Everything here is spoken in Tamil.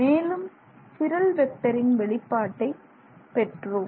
மேலும் சிரல் வெக்டரின் வெளிப்பாட்டை பெற்றோம்